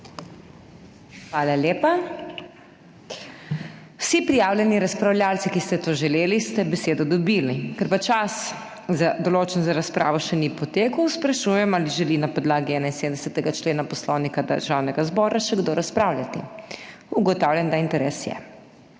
Hvala lepa. Vsi prijavljeni razpravljavci, ki ste to želeli, ste dobili besedo. Ker pa čas, določen za razpravo, še ni potekel, sprašujem, ali želi na podlagi 71. člena Poslovnika Državnega zbora še kdo razpravljati. Ugotavljam, da je interes.